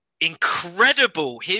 incredible